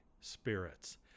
spirits